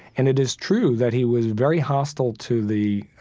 and it is true that he was very hostile to the,